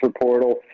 portal